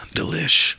Delish